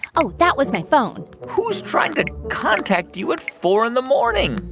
oh, that was my phone who's trying to contact you at four in the morning?